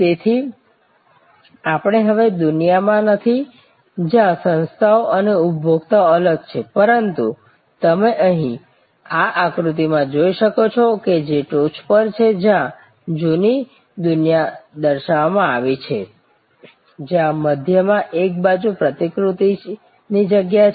તેથી આપણે હવે એવી દુનિયામાં નથી જ્યાં સંસ્થાઓ અને ઉપભોક્તાઓ અલગ છે પરંતુ તમે અહીં આ આકૃતિ માં જુઓ છો કે જે ટોચ પર છે જ્યાં જૂની દુનિયા દર્શાવવામાં આવી છે જ્યાં મધ્યમાં એક બાજુ પ્રતિક્રિયાની જગ્યા છે